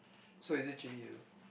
so is it Jun-Yi or not